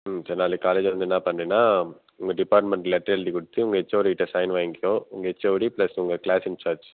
ம் சரி நாளைக்கு காலையில் வந்தின்னா பண்ணிடலாம் உங்கள் டிப்பார்ட்மெண்டில் லெட்டர் எழுதி கொடுத்து உங்கள் ஹெச்சோடிகிட்ட சைன் வாங்கிக்கோ உங்கள் ஹெச்சோடி ப்ளஸ் உங்கள் கிளாஸ் இன்ச்சார்ஜ்